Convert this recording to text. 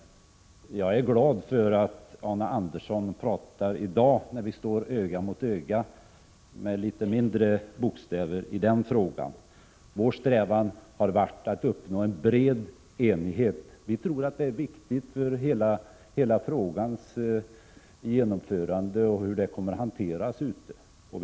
Jag är glad för att Arne Andersson i dag när vi står öga mot öga använder litet mindre ord i detta sammanhang. Vår strävan har varit att uppnå en bred enighet. Vi tror att detta är viktigt för frågans hantering och genomförande ute i landet.